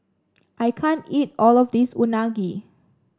I can't eat all of this Unagi